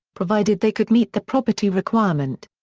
provided they could meet the property requirement.